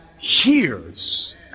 years